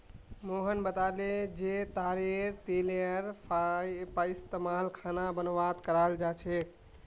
मोहन बताले जे तारेर तेलेर पइस्तमाल खाना बनव्वात कराल जा छेक